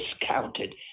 discounted